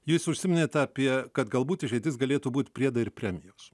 jūs užsiminėt apie kad galbūt išeitis galėtų būti priedai ir premijos